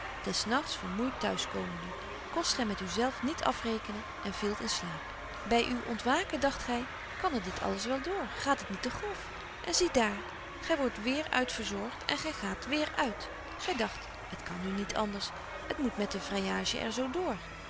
des nagts vermoeit thuis komende kost gy met u zelf niet afrekenen en vielt in slaap by uw ontwaken dagt gy kan er dit alles wel door gaat het niet te grof en zie daar gy wordt weêr uitverzogt en gy gaat weer uit gy dagt het kan nu niet anders het moet met de vryagie er zo door